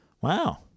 Wow